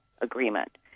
agreement